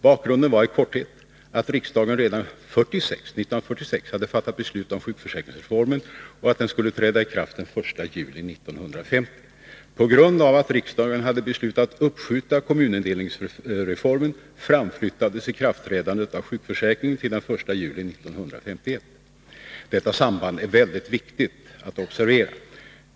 Bakgrunden var i korthet att riksdagen redan 1946 hade fattat beslut om sjukförsäkringsreformen. Den skulle träda i kraft den 1 juli 1950. På grund av att riksdagen hade beslutat uppskjuta kommunindelningsreformen, framflyttades ikraftträdandet av sjukförsäkringen till den 1 juli 1951. Detta samband är väldigt viktigt att observera.